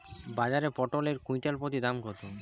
বাজারে পটল এর কুইন্টাল প্রতি দাম কত?